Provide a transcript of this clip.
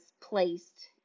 placed